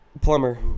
Plumber